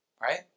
Right